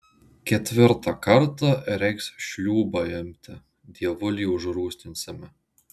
ketvirtą kartą reiks šliūbą imti dievulį užrūstinsime